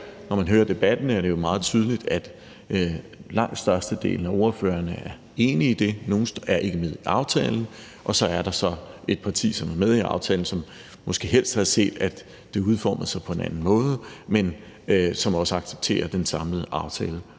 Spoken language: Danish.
Når man hører debatten, er det jo meget tydeligt, at langt størstedelen af ordførerne er enige i det, andre er ikke med i aftalen, og så er der et parti, som er med i aftalen, som måske helst havde set, at det var blevet udformet på en anden måde, men som accepterer den samlede aftale,